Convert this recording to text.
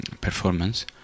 performance